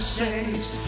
saves